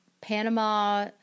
Panama